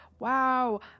Wow